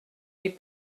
les